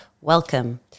welcome